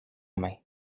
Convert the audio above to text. main